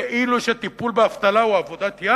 כאילו טיפול באבטלה הוא עבודת-יד,